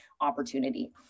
opportunity